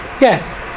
Yes